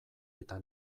eta